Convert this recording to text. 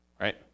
Right